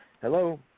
hello